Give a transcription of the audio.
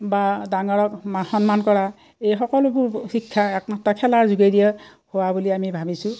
বা ডাঙৰক সন্মান কৰা এই সকলোবোৰ শিক্ষা একমাত্ৰ খেলাৰ যোগেদিয়ে হোৱা বুলি আমি ভাবিছোঁ